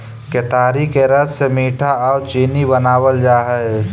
केतारी के रस से मीठा आउ चीनी बनाबल जा हई